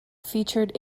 featured